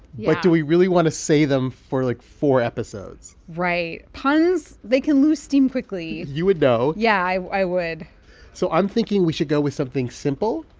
but do we really want to say them for, like, four episodes? right. puns, they can lose steam quickly you would know yeah, i i would so i'm thinking we should go with something simple,